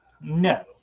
No